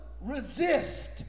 resist